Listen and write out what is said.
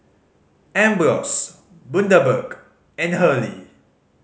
Ambros Bundaberg and Hurley